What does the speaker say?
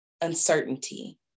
uncertainty